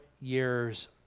years